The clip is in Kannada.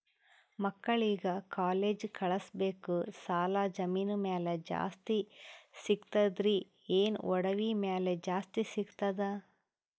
ಮಕ್ಕಳಿಗ ಕಾಲೇಜ್ ಕಳಸಬೇಕು, ಸಾಲ ಜಮೀನ ಮ್ಯಾಲ ಜಾಸ್ತಿ ಸಿಗ್ತದ್ರಿ, ಏನ ಒಡವಿ ಮ್ಯಾಲ ಜಾಸ್ತಿ ಸಿಗತದ?